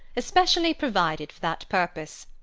especially provided for that purpose.